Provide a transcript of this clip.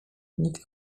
nikt